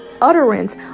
utterance